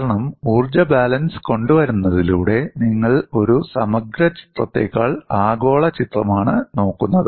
കാരണം ഊർജ്ജ ബാലൻസ് കൊണ്ടുവരുന്നതിലൂടെ നിങ്ങൾ ഒരു സമഗ്ര ചിത്രത്തേക്കാൾ ആഗോള ചിത്രമാണ് നോക്കുന്നത്